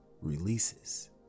releases